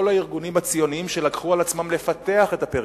כל הארגונים הציוניים שלקחו על עצמם לפתח את הפריפריה,